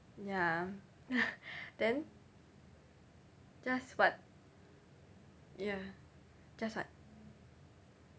ya then just what ya just what